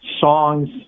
songs